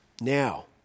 Now